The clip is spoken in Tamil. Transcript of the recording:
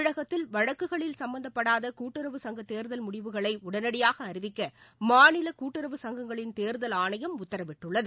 தமிழகத்தில் வழக்குகளில் சம்பந்தப்படாதகூட்டுறவு கேர்கல் சங்கக் முடிவுகளைஉடனடியாகஅறிவிக்கமாநிலகூட்டுறவு சங்கங்களின் தேர்தல் ஆணயம் உத்தரவிட்டுள்ளது